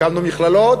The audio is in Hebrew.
הקמנו מכללות,